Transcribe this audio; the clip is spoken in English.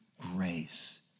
grace